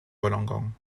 wollongong